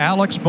Alex